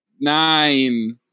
Nine